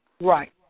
Right